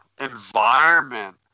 Environment